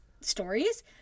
stories